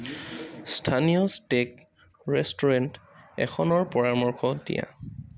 স্থানীয় steak restaurant এখনৰ পৰামৰ্শ দিয়া